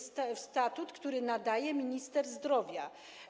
Statut, który nadaje minister zdrowia.